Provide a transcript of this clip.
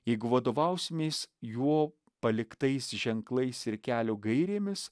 jeigu vadovausimės jo paliktais ženklais ir kelio gairėmis